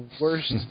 worst